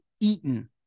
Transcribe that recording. eaten